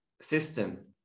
system